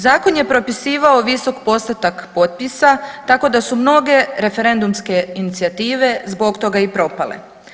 Zakon je propisivao visok postotak potpisa tako da su mnoge referendumske inicijative zbog toga i propale.